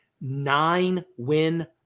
nine-win